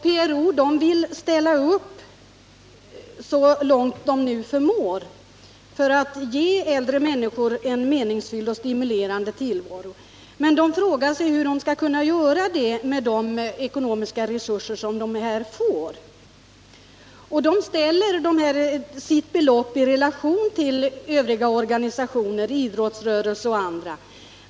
PRO vill ställa upp så långt de nu förmår för att ge äldre människor en meningsfylld och stimulerande tillvaro, men de frågar sig hur de skall kunna göra det med de ekonomiska resurser som de får. PRO ställer sitt bidrag i relation till övriga organisationers, idrottsrörelsen och andra.